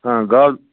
آ گا